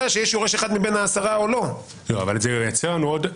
בעיניי הוא לא משנה את האיזון.